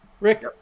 Rick